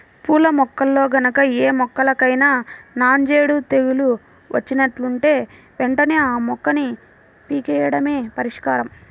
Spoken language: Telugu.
పూల మొక్కల్లో గనక ఏ మొక్కకైనా నాంజేడు తెగులు వచ్చినట్లుంటే వెంటనే ఆ మొక్కని పీకెయ్యడమే పరిష్కారం